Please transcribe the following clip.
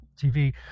TV